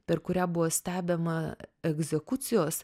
per kurią buvo stebima egzekucijos